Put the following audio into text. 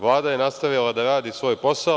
Vlada je nastavila da radi svoj posao.